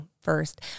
first